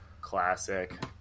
classic